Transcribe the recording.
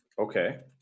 Okay